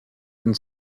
and